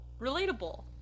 relatable